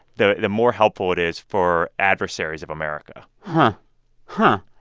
the the more helpful it is for adversaries of america but